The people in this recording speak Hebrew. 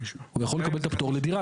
הוא יכול לקבל את הפטור על דירה.